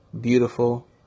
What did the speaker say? Beautiful